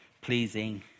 pleasing